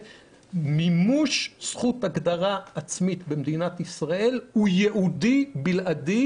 מימוש זכות הגדרה עצמית במדינת ישראל הוא ייעודי בלעדי